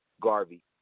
Garvey